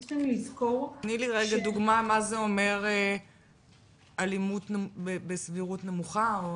תני לי רגע דוגמה מה זה אומר אלימות בסבירות נמוכה.